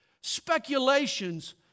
Speculations